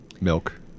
milk